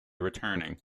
returning